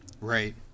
Right